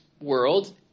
world